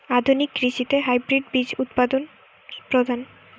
আধুনিক কৃষিতে হাইব্রিড বীজ উৎপাদন প্রধান